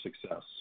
success